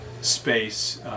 space